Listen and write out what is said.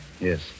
Yes